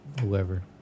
whoever